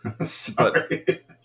sorry